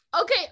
Okay